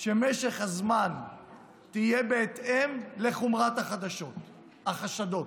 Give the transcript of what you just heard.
שמשך הזמן יהיה בהתאם לחומרת החשדות,